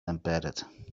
embedded